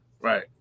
Right